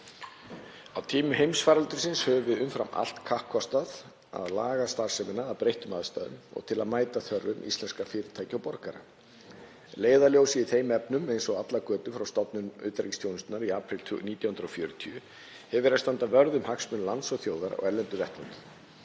Á tímum heimsfaraldursins höfum við umfram allt kappkostað að laga starfsemina að breyttum aðstæðum og til að mæta þörfum íslenskra fyrirtækja og borgara. Leiðarljósið í þeim efnum, eins og allar götur frá stofnun utanríkisþjónusta þjónustunnar í apríl 1940, hefur verið að standa vörð um hagsmuni lands og þjóðar á erlendum vettvangi.